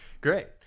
Great